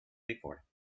before